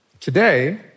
Today